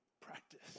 practice